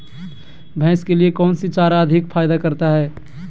भैंस के लिए कौन सी चारा अधिक फायदा करता है?